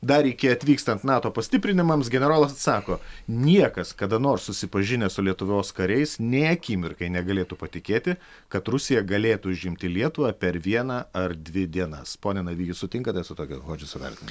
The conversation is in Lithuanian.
dar iki atvykstant nato pastiprinimams generolas atsako niekas kada nors susipažinęs su lietuvos kariais nė akimirkai negalėtų patikėti kad rusija galėtų užimti lietuvą per vieną ar dvi dienas pone navy jūs sutinkate su tokiu hodžeso vertinimu